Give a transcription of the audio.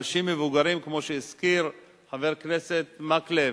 אנשים מבוגרים, כמו שהזכיר חבר הכנסת מקלב,